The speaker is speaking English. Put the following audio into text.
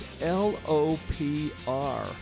L-O-P-R